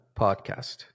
podcast